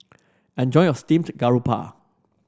enjoy your Steamed Garoupa